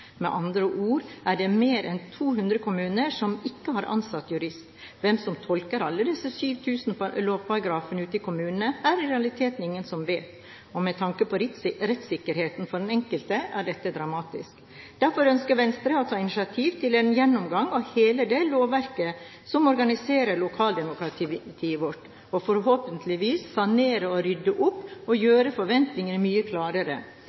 Med andre ord er det mer enn 200 kommuner som ikke har ansatt jurist. Hvem som tolker alle disse 7 000 lovparagrafene ute i kommunene, er det i realiteten ingen som vet. Med tanke på rettssikkerheten for den enkelte er dette dramatisk. Derfor ønsker Venstre å ta initiativ til en gjennomgang av hele det lovverket som organiserer lokaldemokratiet vårt, noe som forhåpentligvis vil sanere, rydde opp og gjøre forventningene mye klarere.